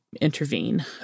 intervene